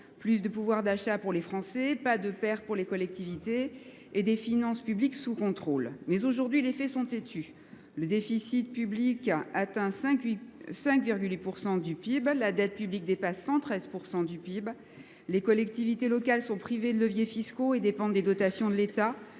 Plus de pouvoir d'achat pour les Français, pas de paire pour les collectivités et des finances publiques sous contrôle. Mais aujourd'hui, les faits sont étus. Le déficit public atteint 5,8% du PIB, la dette publique dépasse 113% du PIB, Les collectivités locales sont privées de leviers fiscaux et dépendent des dotations de l'Etat.